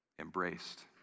embraced